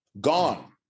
gone